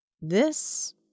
This